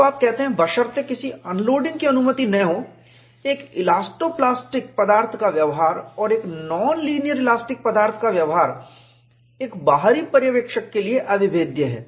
तो आप कहते हैं बशर्ते किसी अनलोडिंग की अनुमति न हो एक इलास्टो प्लास्टिक पदार्थ का व्यवहार और एक नॉन लीनियर इलास्टिक पदार्थ का व्यवहार एक बाहरी पर्यवेक्षक के लिए अविभेद्य है